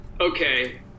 okay